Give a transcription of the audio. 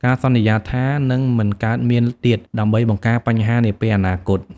ការសន្យាថានឹងមិនកើតមានទៀត ដើម្បីបង្ការបញ្ហានាពេលអនាគត។